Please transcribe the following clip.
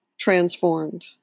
transformed